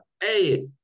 Hey